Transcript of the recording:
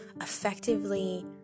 effectively